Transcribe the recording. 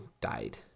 died